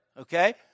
okay